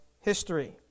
history